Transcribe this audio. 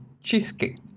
cheesecake